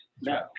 No